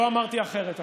לא אמרתי אחרת,